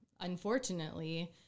unfortunately